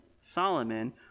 Solomon